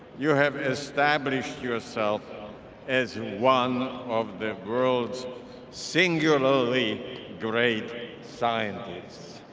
you have established yourself as one of the world's singularly great scientists.